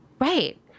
Right